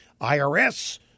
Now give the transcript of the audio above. IRS